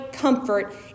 Comfort